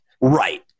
right